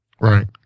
Right